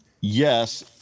Yes